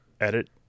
edit